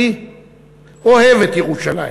אני אוהב את ירושלים,